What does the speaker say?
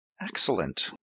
excellent